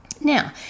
Now